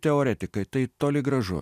teoretikai tai toli gražu